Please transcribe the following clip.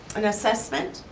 an assessment,